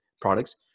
products